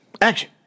Action